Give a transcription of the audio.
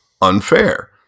unfair